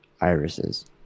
irises